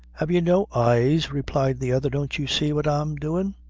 have you no eyes? replied the other don't you see what i am doin'?